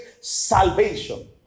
salvation